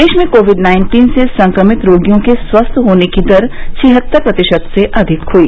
देश में covid nineteen से संक्रमित रोगियों के स्वस्थ होने की दर छिहत्तर प्रतिशत से अधिक हुई